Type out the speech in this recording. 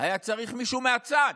היה צריך מישהו מהצד.